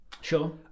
Sure